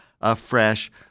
afresh